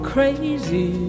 Crazy